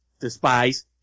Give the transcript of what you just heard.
despise